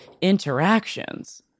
interactions